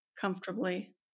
comfortably